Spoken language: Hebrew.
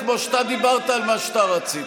כמו שאתה דיברת על מה שאתה רצית.